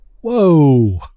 Whoa